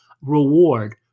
reward